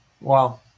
Wow